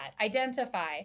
identify